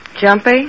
Jumpy